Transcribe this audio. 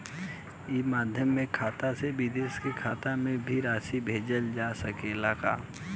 ई माध्यम से खाता से विदेश के खाता में भी राशि भेजल जा सकेला का?